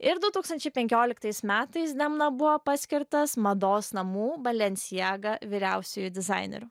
ir du tūkstančiai penkiliktais metais demna buvo paskirtas mados namų balenciaga vyriausiuoju dizaineriu